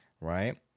Right